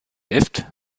lift